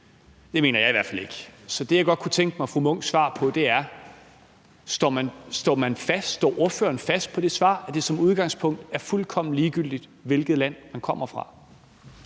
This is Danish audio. Det mener jeg i hvert fald ikke. Så det, jeg godt kunne tænke mig at høre fru Charlotte Munchs svar på, er: Står ordføreren fast på det svar, at det som udgangspunkt er fuldkommen ligegyldigt, hvilket land man kommer fra?